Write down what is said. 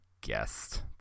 guessed